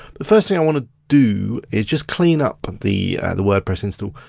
the first thing i wanna do is just clean up and the the wordpress instal.